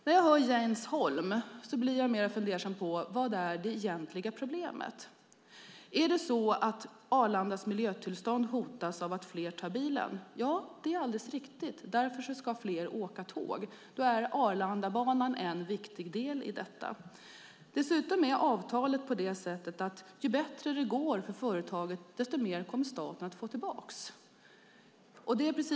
När jag lyssnar på Jens Holm blir jag fundersam över vad det egentliga problemet är. Är det att Arlandas miljötillstånd hotas av att fler tar bilen? Det är riktigt. Därför ska fler åka tåg. Arlandabanan är en viktig del i det. Avtalet är konstruerat så att ju bättre det går för företaget desto mer kommer staten att få tillbaka.